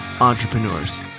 Entrepreneurs